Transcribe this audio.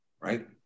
Right